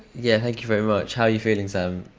yeah thank you very much. how you feeling sam?